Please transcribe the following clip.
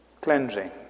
cleansing